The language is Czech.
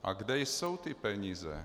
A kde jsou ty peníze?